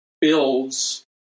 builds